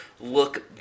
look